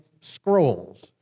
scrolls